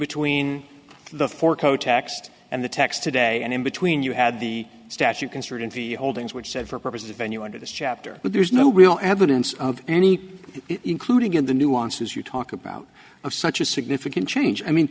between the four co text and the text today and in between you had the statue construed in the holdings which said for purposes of venue under this chapter but there's no real evidence of any including in the nuances you talk about of such a significant change i mean